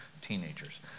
teenagers